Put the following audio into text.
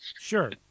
Sure